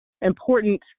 important